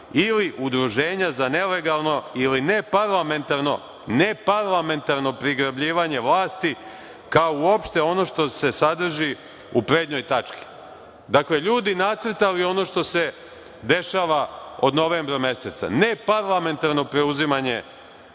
ili udruženja za nelegalno ili neparlamentarno prigrabljivanje vlasti, kao uopšte ono što se sadrži u prednjoj tački“. Dakle, ljudi nacrtali ono što se dešava od novembra meseca, neparlamentarno preuzimanje